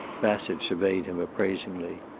bassett surveyed him appraisingly.